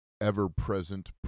ever-present